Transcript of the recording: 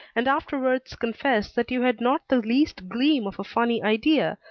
and afterwards confess that you had not the least gleam of a funny idea,